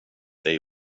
dig